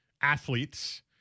athletes